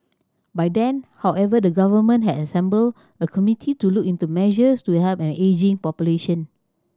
by then however the government had assembled a committee to look into measures to help an ageing population